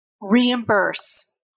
reimburse